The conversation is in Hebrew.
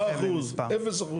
10%, 0%?